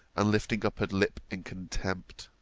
and lifting up her lip in contempt.